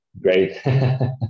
great